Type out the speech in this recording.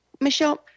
Michelle